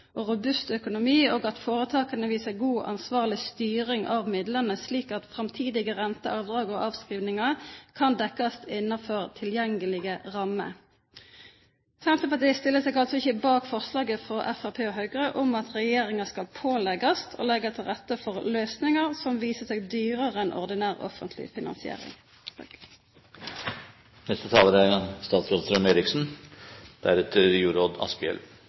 og robust økonomi, og at foretakene viser god, ansvarlig styring av midlene, slik at framtidige renter og avdrag og avskrivninger kan dekkes innenfor tilgjengelige rammer. Senterpartiet stiller seg ikke bak forslaget fra Fremskrittspartiet og Høyre om at regjeringen skal pålegges å legge til rette for løsninger som viser seg dyrere enn ordinær offentlig finansiering.